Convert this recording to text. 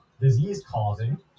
disease-causing